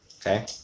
Okay